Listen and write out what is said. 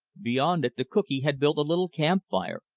beyond it the cookee had built a little camp fire,